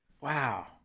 Wow